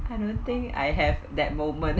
I don't think I have that moment